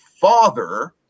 FATHER